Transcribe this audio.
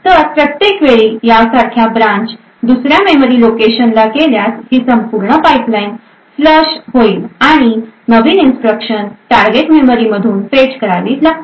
तर प्रत्येक वेळी यासारख्या ब्रांच दुसर्या मेमरी लोकेशनला गेल्यास ही संपूर्ण पाइपलाइन फ्लश होईल आणि नवीन इन्स्ट्रक्शन टारगेट मेमरी मधून फेच करावी लागते